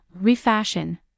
ReFashion